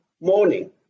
morning